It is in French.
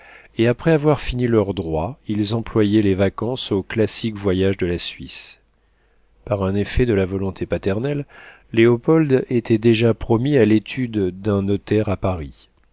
et après avoir fini leur droit ils employaient les vacances au classique voyage de la suisse par un effet de la volonté paternelle léopold était déjà promis à l'étude d'un notaire à paris